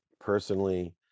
personally